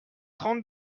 trente